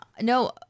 no